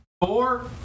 Four